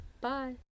Bye